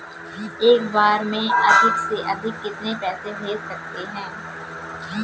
एक बार में अधिक से अधिक कितने पैसे भेज सकते हैं?